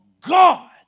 God